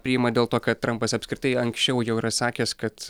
priima dėl to kad trampas apskritai anksčiau jau yra sakęs kad